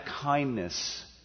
kindness